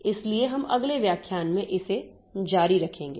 इसलिए हम अगले व्याख्यान में इसे जारी रखेंगे